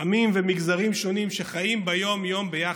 עמים ומגזרים שונים שחיים ביום-יום ביחד.